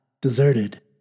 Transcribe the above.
deserted